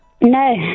No